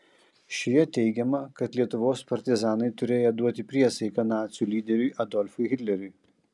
šioje teigiama kad lietuvos partizanai turėję duoti priesaiką nacių lyderiui adolfui hitleriui